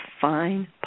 fine